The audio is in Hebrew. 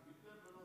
מזל טוב.